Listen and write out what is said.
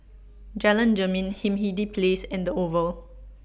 Jalan Jermin Hindhede Place and The Oval